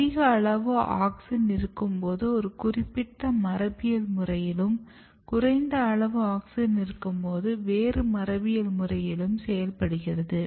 அதிக அளவு ஆக்ஸின் இருக்கும்போது ஒரு குறிப்பிட்ட மரபியல் முறையிலும் குறைந்த அளவு ஆக்ஸின் இருக்கும்போது வேறு மரபியல் முறையிலும் செயல்படுகிறது